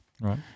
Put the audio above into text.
right